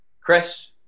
Chris